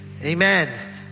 Amen